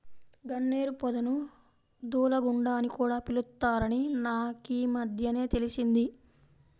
గన్నేరు పొదను దూలగుండా అని కూడా పిలుత్తారని నాకీమద్దెనే తెలిసింది